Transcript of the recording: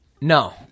No